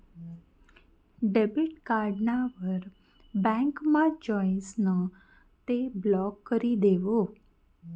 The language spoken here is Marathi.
डेबिट कार्ड दवडावर बँकमा जाइसन ते ब्लॉक करी देवो